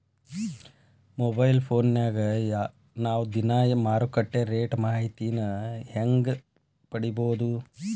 Mobile ಫೋನ್ಯಾಗ ನಾವ್ ದಿನಾ ಮಾರುಕಟ್ಟೆ ರೇಟ್ ಮಾಹಿತಿನ ಹೆಂಗ್ ಪಡಿಬೋದು?